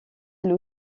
elle